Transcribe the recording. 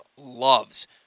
loves